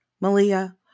Malia